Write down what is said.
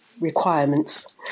requirements